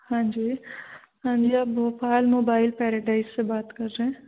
हाँ जी हाँ जी आप भोपाल मोबाइल पेराडाइस से बात कर रहे हैं